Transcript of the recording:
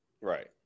Right